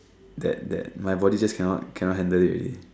that that my body just cannot cannot handle it already